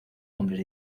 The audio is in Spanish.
hombres